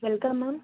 welcome ma'am